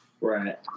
Right